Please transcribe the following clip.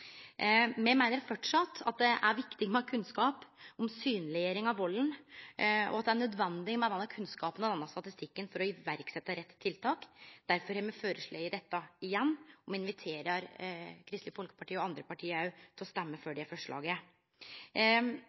Me meiner framleis at det er viktig med kunnskap om og synleggjering av valden, og at det er nødvendig med denne kunnskapen og denne statistikken for å setje i verk rett tiltak. Derfor har me foreslått dette igjen, og me inviterer Kristeleg Folkeparti og òg andre parti til å røyste for det forslaget.